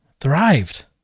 Thrived